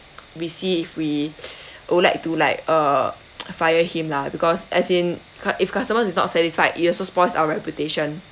we see if we would like to like uh fire him lah because as in cust~ if customer is not satisfied it also spoils our reputation